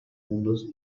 mundos